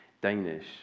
Danish